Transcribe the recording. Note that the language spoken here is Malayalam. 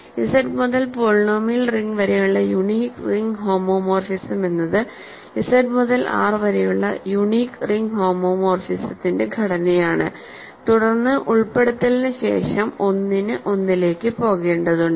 ഇസഡ് മുതൽ പോളിനോമിയൽ റിംഗ് വരെയുള്ള യൂണീക് റിംഗ് ഹോമോമോർഫിസം എന്നത് ഇസഡ് മുതൽ ആർ വരെയുള്ള യൂണീക് റിംഗ് ഹോമോമോർഫിസത്തിന്റെ ഘടനയാണ് തുടർന്ന് ഉൾപ്പെടുത്തലിന് ശേഷം1 1 ലേക്ക് പോകേണ്ടതുണ്ട്